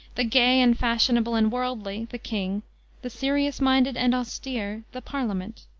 the gay, and fashionable, and worldly, the king the serious-minded and austere, the parliament.